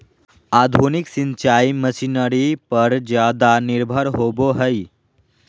आधुनिक सिंचाई मशीनरी पर ज्यादा निर्भर होबो हइ